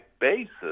basis